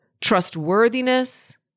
trustworthiness